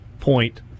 point